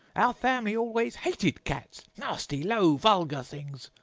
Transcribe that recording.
our family always hated cats nasty, low, vulgar things!